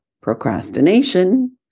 procrastination